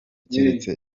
keretse